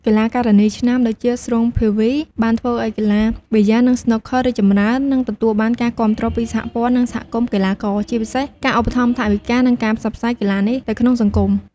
កីឡាការិនីឆ្នើមដូចជា ស្រួង ភាវី បានធ្វើឲ្យកីឡាប៊ីយ៉ា និងស្នូកឃ័ររីកចម្រើន និងទទួលបានការគាំទ្រពីសហព័ន្ធ និងសហគមន៍កីឡាករ ជាពិសេសការឧបត្ថម្ភថវិកា និងការផ្សព្វផ្សាយកីឡានេះទៅ ក្នុងសង្គម។